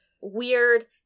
Weird